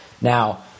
Now